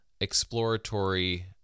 exploratory